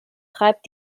treibt